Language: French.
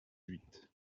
huit